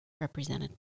represented